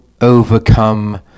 overcome